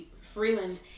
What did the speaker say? Freeland